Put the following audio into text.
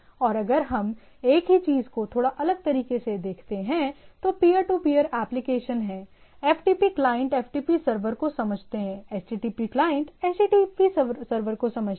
और अगर हम एक ही चीज़ को थोड़ा अलग तरीके से देखते हैं तो पीयर टू पीयर एप्लिकेशन हैं एफटीपी क्लाइंट एफटीपी सर्वर को समझते हैं एचटीटीपी क्लाइंट HTTP सर्वर को समझते हैं